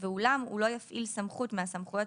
ואולם הוא לא יפעיל סמכות מהסמכויות